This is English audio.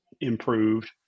improved